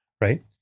Right